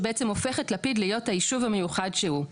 שבעצם הופך את לפיד להיות הישוב המיוחד שהוא.